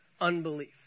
Unbelief